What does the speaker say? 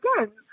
again